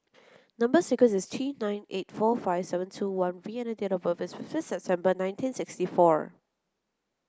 number sequence is T nine eight four five seven two one V and date of birth is fifth September nineteen sixty four